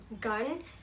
gun